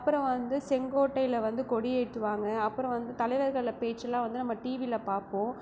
அப்பறம் வந்து செங்கோட்டையில் வந்து கொடி ஏற்றுவாங்க அப்பறம் வந்து தலைவர்கள் பேச்சிலாம் வந்து நம்ம டிவியில் பார்ப்போம்